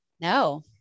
No